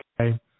Okay